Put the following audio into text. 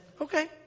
Okay